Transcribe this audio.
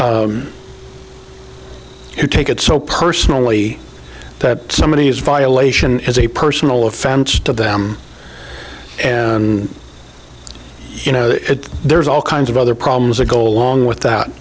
people who take it so personally that somebody is violation is a personal offense to them and you know there's all kinds of other problems or go along with that